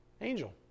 angel